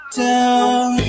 down